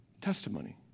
testimony